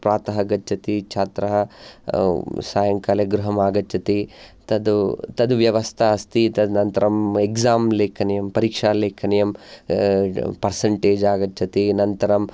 प्रातः गच्छति छात्रः सायङ्काले गृहं आगछति तद् तद् व्यवस्था अस्ति तदनन्तरं एक्साम् लेखनीयं परीक्षा लेखनीयं पर्सेण्टेज् आगच्छति अनन्तरं